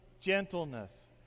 gentleness